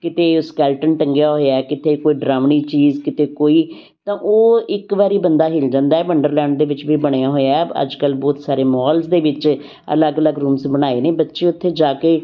ਕਿਤੇ ਸਕੈਲਟਨ ਟੰਗਿਆ ਹੋਇਆ ਕਿਤੇ ਕੋਈ ਡਰਾਵਣੀ ਚੀਜ਼ ਕਿਤੇ ਕੋਈ ਤਾਂ ਉਹ ਇੱਕ ਵਾਰੀ ਬੰਦਾ ਹਿੱਲ ਜਾਂਦਾ ਵੰਡਰਲੈਂਡ ਦੇ ਵਿੱਚ ਵੀ ਬਣਿਆ ਹੋਇਆ ਅੱਜ ਕੱਲ੍ਹ ਬਹੁਤ ਸਾਰੇ ਮੋਲਜ਼ ਦੇ ਵਿੱਚ ਅਲੱਗ ਅਲੱਗ ਰੂਮਸ ਬਣਾਏ ਨੇ ਬੱਚੇ ਉੱਥੇ ਜਾ ਕੇ